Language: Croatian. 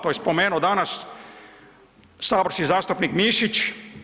To je spomenuo danas saborski zastupnik Mišić.